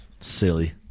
Silly